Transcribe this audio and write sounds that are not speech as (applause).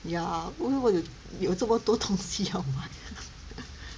ya 我有我有有这么多东西要买 (laughs)